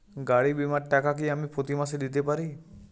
গাড়ী বীমার টাকা কি আমি প্রতি মাসে দিতে পারি?